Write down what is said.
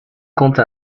compte